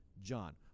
John